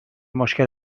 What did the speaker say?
مشکل